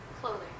clothing